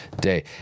day